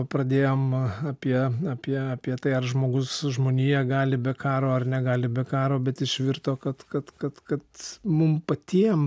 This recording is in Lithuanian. pradėjom apie apie apie tai ar žmogus žmonija gali be karo ar negali be karo bet išvirto kad kad kad kad mum patiem